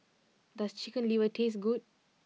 does Chicken Liver taste good